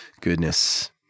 goodness